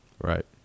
Right